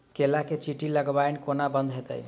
केला मे चींटी लगनाइ कोना बंद हेतइ?